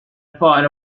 thought